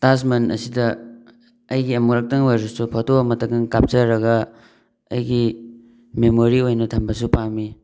ꯇꯥꯖ ꯃꯍꯟ ꯑꯁꯤꯗ ꯑꯩꯒꯤ ꯑꯃꯨꯔꯛꯇꯪ ꯑꯣꯏꯔꯁꯨ ꯐꯣꯇꯣ ꯑꯃꯇꯒ ꯀꯥꯞꯆꯔꯒ ꯑꯩꯒꯤ ꯃꯦꯃꯣꯔꯤ ꯑꯣꯏꯅ ꯊꯝꯕꯁꯨ ꯄꯥꯝꯃꯤ